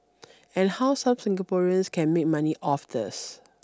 and how some Singaporeans can make money off this